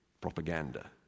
propaganda